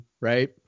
right